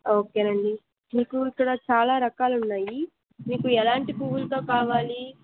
okay అండి మీకు ఇక్కడ చాలా రకాలు ఉన్నాయి మీకు ఎలాంటి పూలతో కావాలి